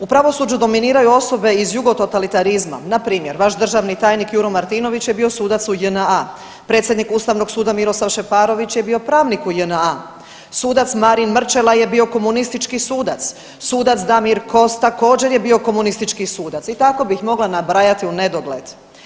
U pravosuđu dominiraju osobe iz jugototalitarizma npr. vaš državni tajnik Juro Martinović je bio sudac u JNA, predsjednik Ustavnog suda Miroslav Šeparović je bio pravnik u JNA, sudac Marin Mrčela je bio komunistički sudac, sudac Damir Kos također je bio komunistički sudac i tako bih mogla nabrajati u nedogled.